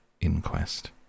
inquest